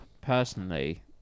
personally